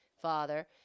father